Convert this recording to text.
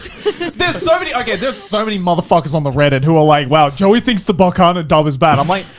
there's so many. like yeah there's so many motherfuckers on the reddit who are like, well joey thinks the baccano! dub was bad. i'm like,